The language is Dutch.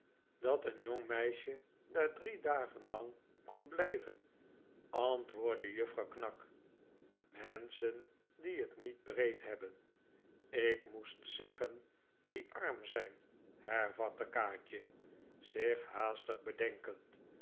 dat een johg meisje daar drie dagen lang kon blijven antwoordde juffrouw knag menschen die het niet breed hebben ik moest zeggen die arm zijn hervatte kaatje zich haastig bedenkend